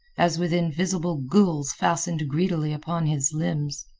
as with invisible ghouls fastened greedily upon his limbs.